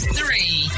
three